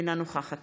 אינה נוכחת